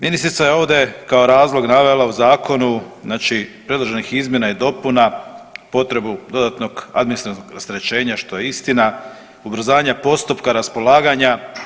Ministrica je ovdje kao razlog navela u zakonu znači predloženih izmjena i dopuna potrebu dodatnog administrativnog rasterećenja što je istina, ubrzanja postupka raspolaganja.